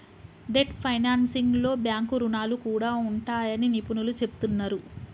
debt ఫైనాన్సింగ్లో bank రుణాలు కూడా ఉంటాయని నిపుణులు చెబుతున్నరు